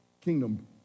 kingdom